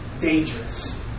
dangerous